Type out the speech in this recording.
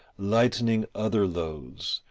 lightening other loads,